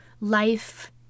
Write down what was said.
life